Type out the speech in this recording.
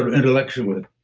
ah intellectually.